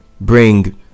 bring